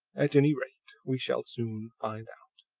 at any rate, we shall soon find out.